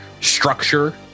structure